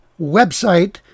website